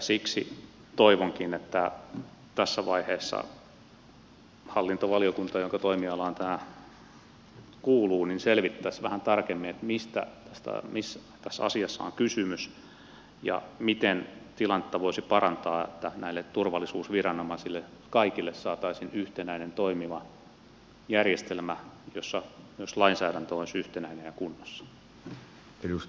siksi toivonkin että tässä vaiheessa hallintovaliokunta jonka toimialaan tämä kuuluu selvittäisi vähän tarkemmin mistä tässä asiassa on kysymys ja miten tilannetta voisi parantaa että näille kaikille turvallisuusviranomaisille saataisiin yhtenäinen toimiva järjestelmä jossa myös lainsäädäntö olisi yhtenäinen ja kunnossa